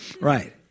Right